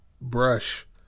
brush